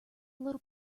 little